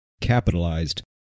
capitalized